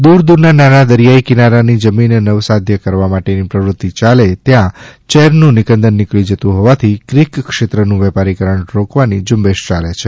દૂર દૂર નાં નાના દરિયાઈ કિનારા ની જમીન નવસાધ્ય કરવા માટેની પ્રવૃતિ યાલે ત્યાં ચેર નું નિકંદન નીકળી જતું હોવાથી ક્રીક ક્ષેત્રનું વેપારીકરણ રોકવાની ઝુંબેશ ચાલે છે